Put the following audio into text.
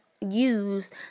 use